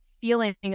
feeling